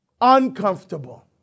Uncomfortable